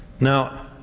now,